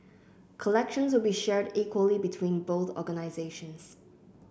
collections will be shared equally between both organisations